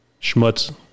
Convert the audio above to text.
Schmutz